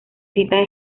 citan